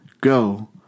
Go